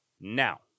Now